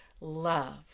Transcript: love